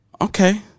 Okay